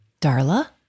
Darla